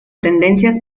tendencias